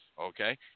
Okay